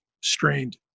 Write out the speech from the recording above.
strained